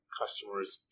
customers